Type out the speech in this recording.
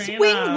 Swing